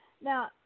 Now